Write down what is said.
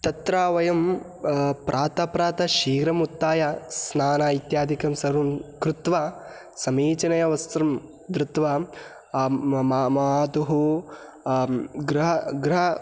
तत्र वयं प्रातः प्रातः शीघ्रम् उत्थाय स्नानम् इत्यादिकं सर्वं कृत्वा समीचीनवस्त्रं दृत्वा मातुः गृहे गृहे